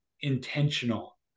intentional